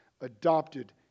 adopted